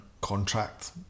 contract